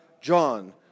John